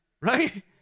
Right